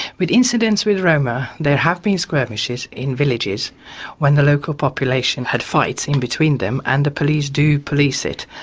but incidents with roma, there have been skirmishes in villages when the local population had fights in between them and the police to do police it.